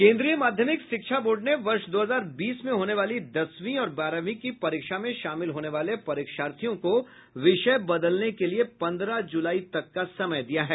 केन्द्रीय माध्यमिक शिक्षा बोर्ड ने वर्ष दो हजार बीस में होने वाली दसवीं और बारहवीं की परीक्षा में शामिल होने वाले परीक्षार्थियों को विषय बदलने के लिए पन्द्रह ज़लाई तक का समय दिया है